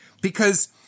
because-